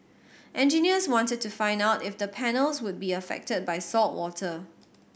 engineers wanted to find out if the panels would be affected by saltwater